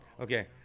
okay